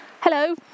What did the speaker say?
Hello